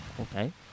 Okay